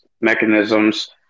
mechanisms